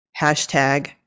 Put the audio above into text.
hashtag